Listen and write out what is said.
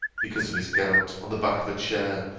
because of his gout, on the back of a chair,